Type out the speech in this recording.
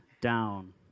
down